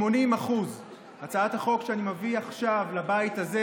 80%. הצעת החוק שאני מביא עכשיו לבית הזה,